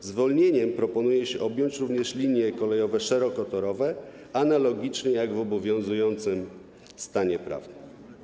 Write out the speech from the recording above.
Zwolnieniem proponuje się objąć również linie kolejowe szerokotorowe, analogicznie do obowiązującego stanu prawnego.